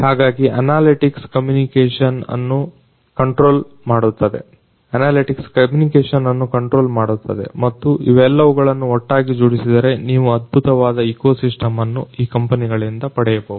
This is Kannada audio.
ಹಾಗಾಗಿ ಅನಾಲಿಟಿಕ್ಸ್ ಕಮ್ಯುನಿಕೇಶನ್ ಅನ್ನು ಕಂಟ್ರೋಲ್ ಮಾಡುತ್ತದೆ ಮತ್ತು ಇವೆಲ್ಲವುಗಳನ್ನು ಒಟ್ಟಾಗಿ ಜೋಡಿಸಿದರೆ ನೀವು ಅದ್ಭುತವಾದ ಇಕೋ ಸಿಸ್ಟಮ್ ಅನ್ನು ಈ ಕಂಪನಿಗಳಿಂದ ಪಡೆಯಬಹುದು